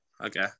okay